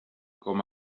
com